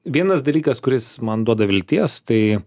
vienas dalykas kuris man duoda vilties tai